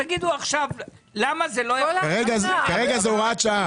"כרגע" זה הוראת שעה.